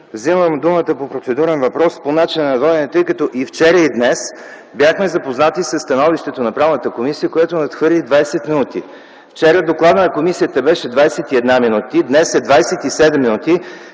Вземам думата за процедурен въпрос по начина на водене, тъй като и вчера, и днес бяхме запознати със становище на Правната комисия, което надхвърли 20 минути. Вчера докладът на комисията беше 21 минути, днес е 27 минути,